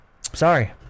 Sorry